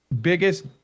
biggest